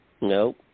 Nope